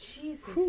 jesus